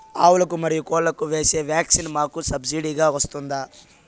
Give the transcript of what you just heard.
ఆవులకు, మరియు కోళ్లకు వేసే వ్యాక్సిన్ మాకు సబ్సిడి గా వస్తుందా?